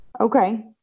Okay